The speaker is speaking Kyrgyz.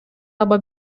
аба